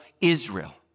Israel